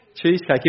cheesecake